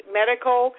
medical